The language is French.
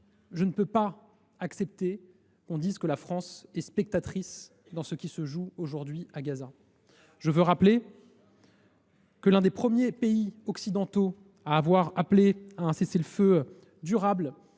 je ne peux pas accepter que l’on dise que la France est spectatrice face à ce qui se joue aujourd’hui à Gaza. Je rappelle que l’un des premiers pays occidentaux à avoir appelé à un cessez le feu durable